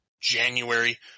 January